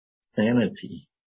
Sanity